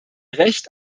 recht